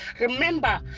remember